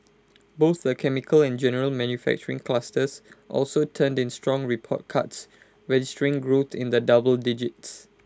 both the chemicals and general manufacturing clusters also turned in strong report cards registering growth in the double digits